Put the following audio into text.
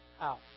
out